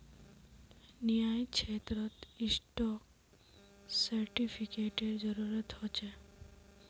न्यायक्षेत्रत स्टाक सेर्टिफ़िकेटेर जरूरत ह छे